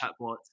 chatbot